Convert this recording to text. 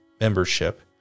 membership